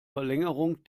verlängerung